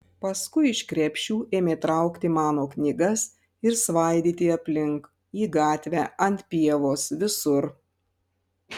paskui iš krepšių ėmė traukti mano knygas ir svaidyti aplink į gatvę ant pievos visur